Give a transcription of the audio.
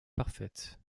parfaite